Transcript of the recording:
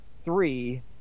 three